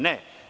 Ne.